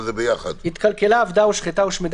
במשרד הבריאות הממשלתי ובחברה המפעילה,